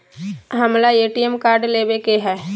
हमारा ATM card लेव के हई